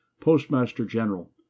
postmaster-general